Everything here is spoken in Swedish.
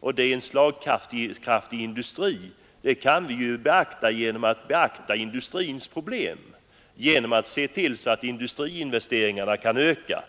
Och en slagkraftig industri kan vi bara få om vi beaktar industrins problem. Vi måste se till att industriinvesteringarna kan öka